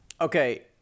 Okay